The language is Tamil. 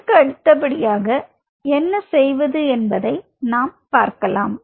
இதற்கு அடுத்தபடியாக என்ன செய்வது என்பதை நாம் பார்க்கலாம்